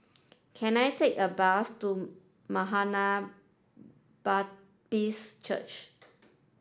can I take a bus to Maranatha Baptist Church